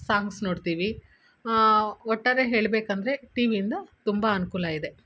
songs ನೋಡ್ತೀವಿ ಒಟ್ಟಾರೆ ಹೇಳಬೇಕಂದ್ರೆ ಟಿ ವಿಯಿಂದ ತುಂಬ ಅನುಕೂಲ ಇದೆ